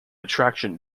attraction